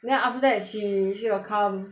then after that she she will come